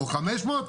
או חמש מאות,